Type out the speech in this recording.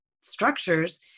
structures